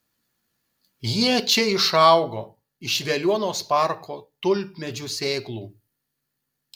jie čia išaugo iš veliuonos parko tulpmedžių sėklų